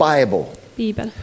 Bible